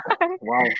Wow